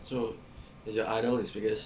so he's your idol it's because